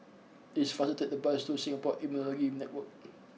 it is faster to take the bus to Singapore Immunology Network